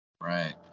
Right